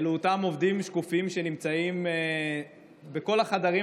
אלה אותם עובדים שקופים שנמצאים בכל החדרים